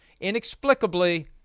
inexplicably